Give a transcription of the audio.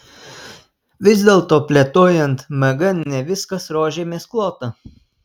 vis dėlto plėtojant mg ne viskas rožėmis klota